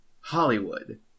Hollywood